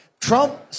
Trump